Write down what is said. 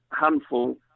handful